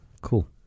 Cool